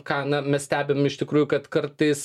ką na mes stebim iš tikrųjų kad kartais